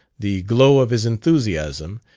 the glow of his enthusiasm,